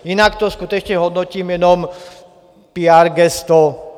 Jinak to skutečně hodnotím jenom píár gesto.